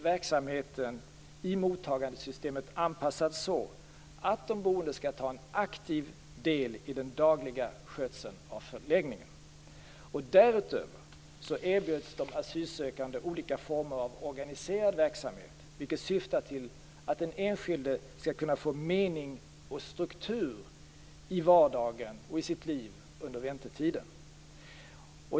Verksamheten i mottagandesystemet är därför anpassad till att de boende skall ta en aktiv roll i den dagliga skötseln av förläggningen. Därutöver erbjuds de asylsökande olika former av organiserad verksamhet vilken syftar till att den enskilde skall kunna få mening och struktur i vardagen under väntetiden.